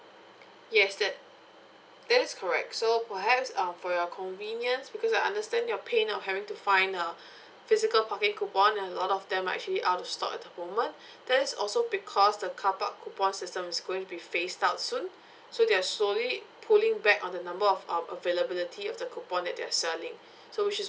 yes that that is correct so perhaps um for your convenience because I understand your pain of having to find a physical parking coupon a lot of them are actually out of stock at the moment that's also because the car park coupon system is going to be phased out soon so they're slowly pulling back on the number of um availability of the coupon that they're selling so which is